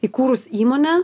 įkūrus įmonę